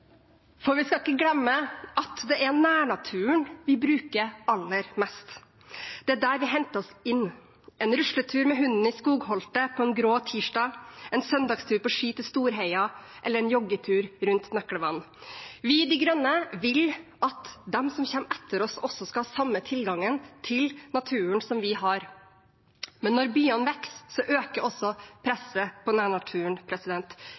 til. Vi skal ikke glemme at det er nærnaturen vi bruker aller mest. Det er der vi henter oss inn – en rusletur med hunden i skogholtet en grå tirsdag, en søndagstur på ski til Storheia eller en joggetur rundt Nøklevann. Vi i De Grønne vil at de som kommer etter oss, skal ha den samme tilgangen til naturen som vi har. Men når byene vokser, øker også